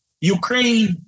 Ukraine